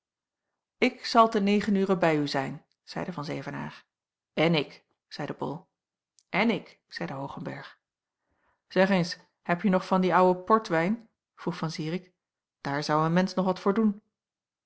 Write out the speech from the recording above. ik zal te negen ure bij u zijn zeide van zevenaer en ik zeide bol en ik zeide hoogenberg zeg eens heb je nog van dien ouden portwijn vroeg van zirik daar zou een mensch nog wat voor doen